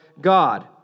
God